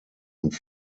und